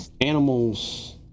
animals